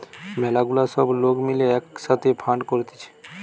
ম্যালা গুলা সব লোক মিলে এক সাথে ফান্ড করতিছে